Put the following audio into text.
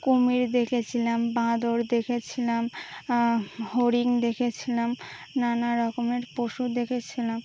কুমির দেখেছিলাম বাঁদর দেখেছিলাম হরিং দেখেছিলাম নানা রকমের পশু দেখেছিলাম